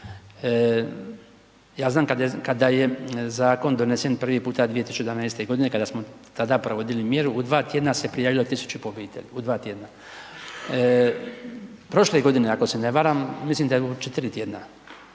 Ja znam kada je zakon donesen prvi puta 2011. g. kada smo tada provodili mjeru, u dva tjedna se prijavilo 1000 obitelji, u dva tjedna. Prošle godine ako se ne varam, mislim da u 4 tj.,